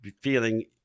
feeling